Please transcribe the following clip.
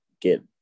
get